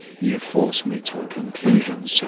you force me to a conclusion, sir,